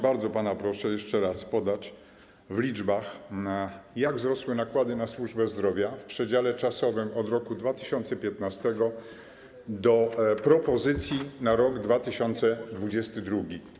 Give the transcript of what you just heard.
Bardzo pana proszę, by jeszcze raz podać w liczbach, jak wzrosły nakłady na służbę zdrowia w przedziale czasowym od roku 2015 do propozycji na rok 2022.